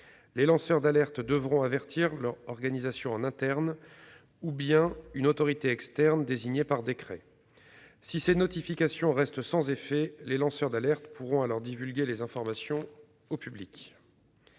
Les lanceurs d'alerte devront avertir soit leur organisation en interne, soit une autorité externe désignée par décret. Si ces notifications restent sans effet, les lanceurs d'alerte pourront alors divulguer les informations au public.